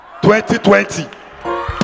2020